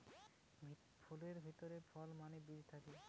তিলের ফুল সাধারণ নীল রঙের হয় আর পোতিটা ফুলের ভিতরে ফল মানে বীজ থাকে